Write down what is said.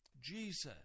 Jesus